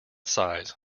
size